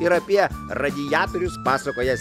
ir apie radiatorius pasakojęs